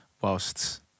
whilst